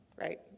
Right